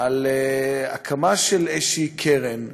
על הקמה של איזו קרן,